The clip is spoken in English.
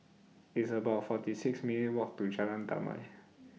It's about forty six minutes' Walk to Jalan Damai